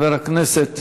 חבר הכנסת